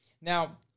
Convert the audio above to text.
Now